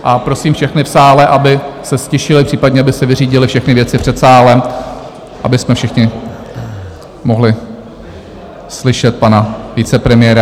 A prosím všechny v sále, aby se ztišili, případně aby si vyřídili všechny věci před sálem, abychom všichni mohli slyšet pana vicepremiéra.